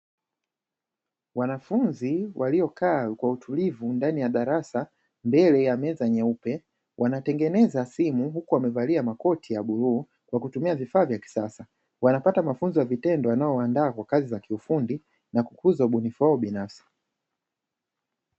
Wanafunzi waliokaa kwa utulivu ndani ya darasa mbele ya meza nyeupe, wanatengeneza simu huku wakiwa wamevalia makoti ya bluu kwa kutumia vifaa vya kisasa. Wanapata mafunzo ya vitendo yanayowaandaa kwa kazi za kiufundi na kukuza ubunifu wao binafsi.